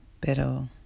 pero